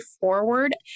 forward